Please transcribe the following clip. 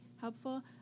helpful